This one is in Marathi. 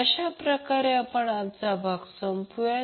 तर अशाप्रकारे आपण आपला आजचा भाग संपवुया